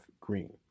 Green